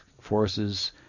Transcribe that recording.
forces